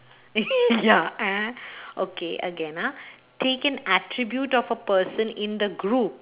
ya okay again ah take an attribute of a person in the group